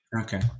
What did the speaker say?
okay